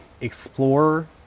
explorer